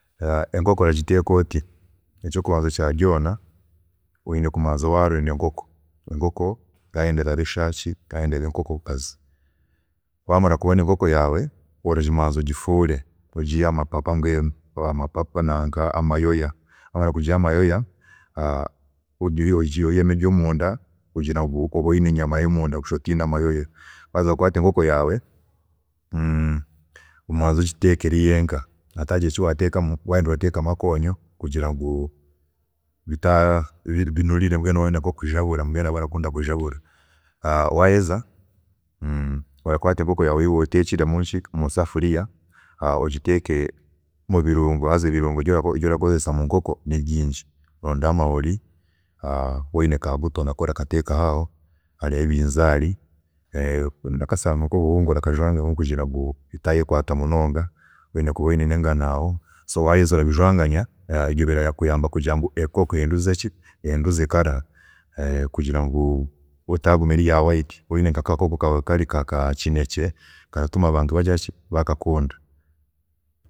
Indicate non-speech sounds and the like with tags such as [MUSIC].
[HESITATION] Enkoko oragiteeka oti, ekyokubanza kya byoona, oyine kubanza waronda enkoko, enkoko yaawe yayenda eraba eshaaki kandi yayenda eraba enkokokazi, wamara kubona enkoko yaawe orabanza ogifuure, ogiiyeho amapapa mbwenu, amayoya, wamara kugiyaho amayoya [HESITATION] ogiyemu ebyomunda kugira ngu obe oyine enyama yomunda kusha otiine mayoya, waheza okwaate enkoko yawe [HESITATION] omanze ogiteeke eri yenka hatagira eki wateeka wayenda orateekamu nakonyo kugira ngu binuriire mbwenu waaba orenda nkokujabura mbwenu abarakunda kujabura, waheza [HESITATION] orakwaata enkooko yaawe eyi waaba otekire musafuriya ogiteeke mubirungo, haza ebirungo ebi turakipzesa mu nkoko nibingi, ronda amahuri, waaba oyine ka buto nako kateekeho aho, hariho ebinzaari, akasaano kobuhunga nako orakajwaanzamu kugira mgu etayekwaata munonga, oyine kuba oyine nengano, so byo birakuyamba kugira ngu enkoko enuze ki, enuze colour colour, kugira ngu etaguma eri ya white kugira ngu waaba oyine akakoko kaawe kari nka ka kinekye, kiratuma abantu bagiraki, bakakunda.